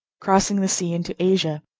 crossing the sea into asia,